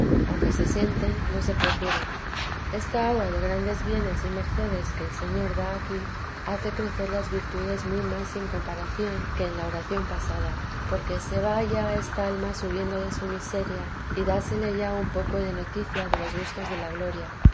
aunque se sienten no se procuran esta agua de grandes bienes y mercedes que el señor da aquí hace crecer las virtudes muy más sin comparación que en la oración pasada porque se va ya esta alma subiendo de su miseria y dásele ya un poco de noticia de los gustos de la gloria